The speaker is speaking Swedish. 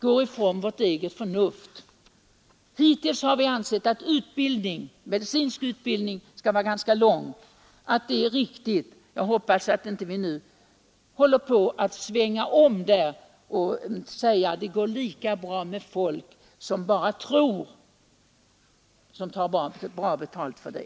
Hittills har vi ansett att det är riktigt att den medicinska utbildningen är ganska lång. Jag hoppas att vi inte nu håller på att svänga om till uppfattningen att det går lika bra med folk som bara tror och som tar bra betalt för det.